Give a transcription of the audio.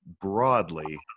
broadly